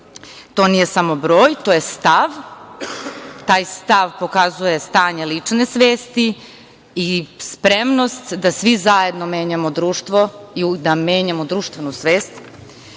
To nije samo broj, to je stav. Taj stav pokazuje stanje lične svesti i spremnost da svi zajedno menjamo društvo i da menjamo društvenu svest. Način,